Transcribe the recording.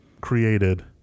created